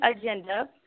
agenda